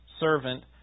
servant